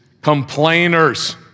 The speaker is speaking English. complainers